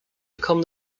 become